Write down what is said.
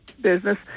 business